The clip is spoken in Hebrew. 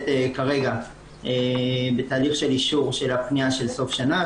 כרגע בתהליך של אישור של הפניה של סוף שנה,